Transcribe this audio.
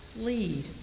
lead